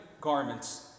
garments